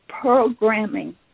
programming